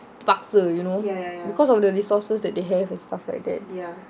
terpaksa you know because of the resources that they have and stuff like that